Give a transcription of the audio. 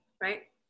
right